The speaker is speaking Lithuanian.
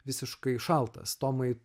visiškai šaltas tomai